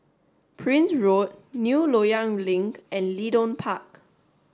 Prince Road New Loyang Link and Leedon Park